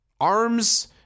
Arms